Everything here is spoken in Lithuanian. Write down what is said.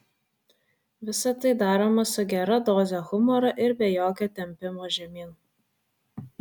visa tai daroma su gera doze humoro ir be jokio tempimo žemyn